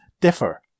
differ